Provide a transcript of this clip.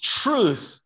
truth